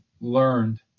learned